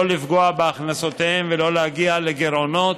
לא לפגוע בהכנסותיהם ולא להגיע לגירעונות.